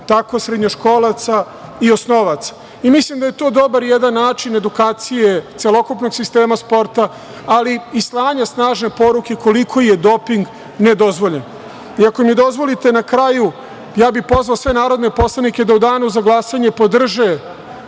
tako srednjoškolaca i osnovaca. Mislim da je to dobar jedan način edukacije celokupnog sistema sporta, ali i slanja snažne poruke koliko je doping nedozvoljen. Ako mi dozvolite, na kraju, ja bih pozvao sve narodne poslanik da u danu za glasanje podrže